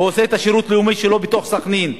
הוא עושה את השירות הלאומי שלו בתוך סח'נין,